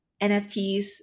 NFTs